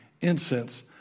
incense